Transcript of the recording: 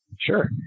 Sure